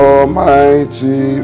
Almighty